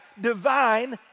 divine